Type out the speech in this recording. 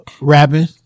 rapping